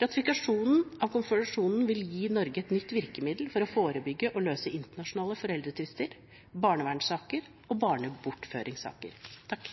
Ratifikasjonen av konvensjonen vil gi Norge et nytt virkemiddel for å forebygge og løse internasjonale foreldretvister, barnevernssaker og barnebortføringssaker. Takk,